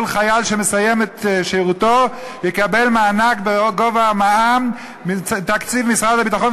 שכל חייל שמסיים את שירותו יקבל מענק בגובה המע"מ מתקציב משרד הביטחון,